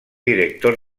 director